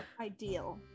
Ideal